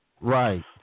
Right